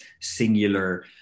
singular